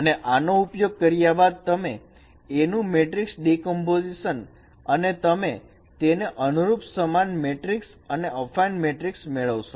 અને આનો ઉપયોગ કર્યા બાદ તમે A નું મેટ્રિક્સ ડીકમ્પોઝિશન અને તમે તેને અનુરૂપ સમાન મેટ્રિકસ અને અફાઈન મેટ્રિક્સ મેળવશો